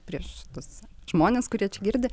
prieš tuos žmones kurie girdi